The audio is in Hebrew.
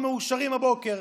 ממה אנחנו מאושרים הבוקר.